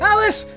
Alice